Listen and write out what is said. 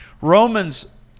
Romans